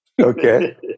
Okay